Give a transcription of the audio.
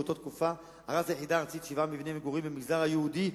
באותה תקופה הרסה היחידה הארצית שבעה מבני מגורים במגזר היהודי.